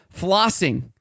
Flossing